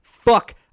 Fuck